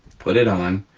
put it on,